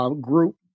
Group